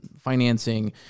financing